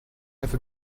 have